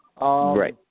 Right